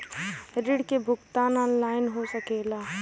ऋण के भुगतान ऑनलाइन हो सकेला?